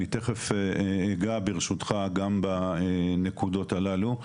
תיכף אגע גם בנקודות הללו,